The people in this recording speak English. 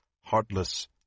heartless